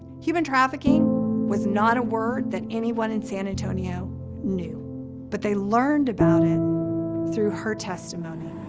human trafficking was not a word that anyone in san antonio knew but they learned about it through her testimony.